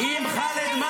היחידים